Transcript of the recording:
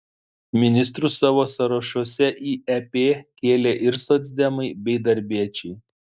ministrus savo sąrašuose į ep kėlė ir socdemai bei darbiečiai